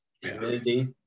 humidity